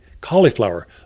cauliflower